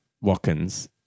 Watkins